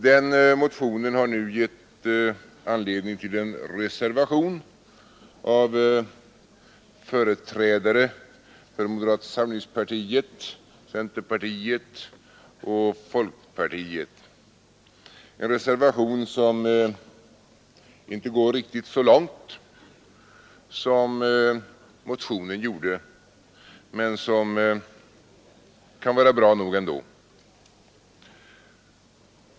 Den motionen har nu gett anledning till en reservation av företrädare för moderata samlingspartiet, centerpartiet och folkpartiet, en reservation som inte går riktigt så långt som motionen gjorde men som kan vara bra nog ändå.